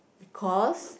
because